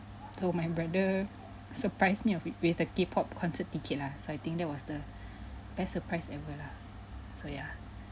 so my brother surprised me of it with a K op concert ticket lah so I think that was the best surprise ever lah so yeah